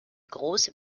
große